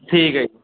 ਠੀਕ ਹੈ